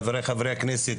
חבריי חברי הכנסת,